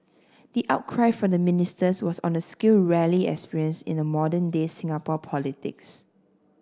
the outcry from the ministers was on a scale rarely experience in modern day Singapore politics